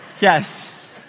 Yes